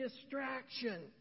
distraction